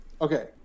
Okay